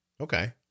Okay